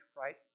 right